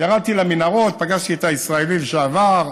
ירדתי למנהרות, פגשתי את הישראלי לשעבר.